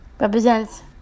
represents